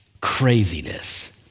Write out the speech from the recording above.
Craziness